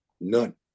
None